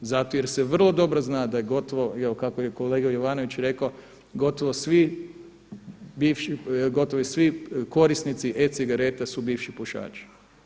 Zato jer se vrlo dobro zna da je gotovo jer kako je kolega Jovanović rekao, gotovo svi bivši, gotovo svi korisnici e-cigareta su bivši pušači.